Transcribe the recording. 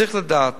צריך לדעת: